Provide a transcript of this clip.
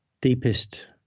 deepest